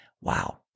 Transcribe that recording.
Wow